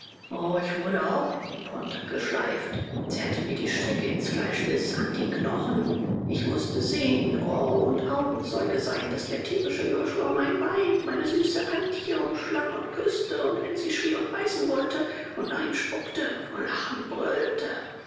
ich wurde auch in den pontok geschleift zerrte mir die stricke ins fleisch bis an die knochen ich mußte sehen o und augenzeuge sein daß der tierische josua mein weib meine süße antje umschlang und küßte und wenn sie schrie und beißen wollte und nach ihm spukte vor lachen brüllte